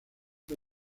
fue